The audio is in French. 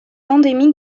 endémique